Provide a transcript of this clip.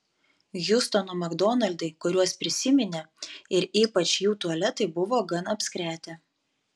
hjustono makdonaldai kuriuos prisiminė ir ypač jų tualetai buvo gan apskretę